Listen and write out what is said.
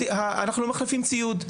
אנחנו לא מחליפים ציוד.